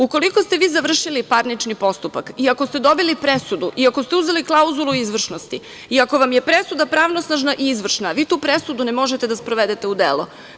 Ukoliko ste vi završili parnični postupak i ako ste dobili presudu i ako ste uzeli klauzulu izvršnosti i ako vam je presuda pravnosnažna i izvršna, vi tu presudu ne možete da sprovedete u delo.